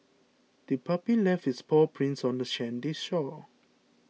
the puppy left its paw prints on the sandy shore